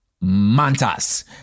mantas